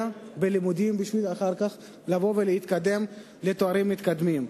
בלימודים כדי לבוא אחר כך ולהתקדם לתארים מתקדמים.